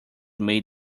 made